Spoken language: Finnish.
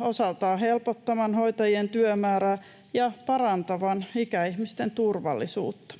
osaltaan se helpottaa hoitajien työmäärää ja parantaa ikäihmisten turvallisuutta.